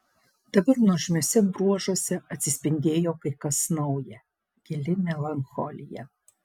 dabar nuožmiuose bruožuose atsispindėjo kai kas nauja gili melancholija